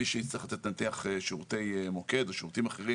מי שצטרך לתת נניח שירותי מוקד או שירותים אחרים,